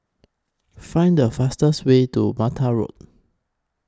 Find The fastest Way to Mata Road